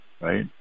right